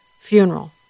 funeral